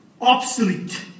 obsolete